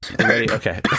okay